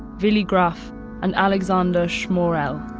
willi graf and alexander schmorell.